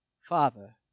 Father